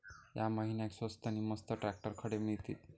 या महिन्याक स्वस्त नी मस्त ट्रॅक्टर खडे मिळतीत?